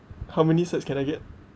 how many sides can I get